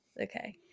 Okay